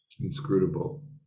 inscrutable